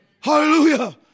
Hallelujah